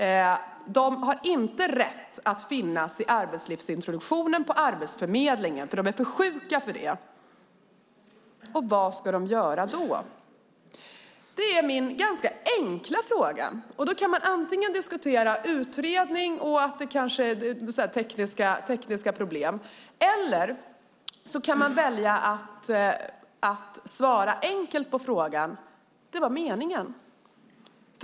De har inte rätt att finnas i arbetslivsintroduktionen på Arbetsförmedlingen, för de är för sjuka för det. Vad ska de göra? Det är min ganska enkla fråga. Då kan man antingen diskutera utredning och tekniska problem eller välja att svara enkelt på frågan. Det var meningen.